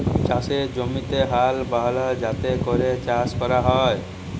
চাষের জমিতে হাল বহাল যাতে ক্যরে চাষ ক্যরা হ্যয়